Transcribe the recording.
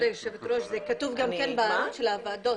זה כתוב בוועדות.